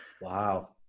Wow